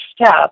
step